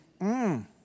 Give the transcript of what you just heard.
mmm